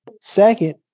Second